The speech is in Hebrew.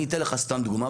אני אתן לך סתם דוגמה.